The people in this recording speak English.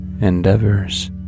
endeavors